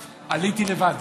כמיטב המסורת בבית,